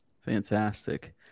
Fantastic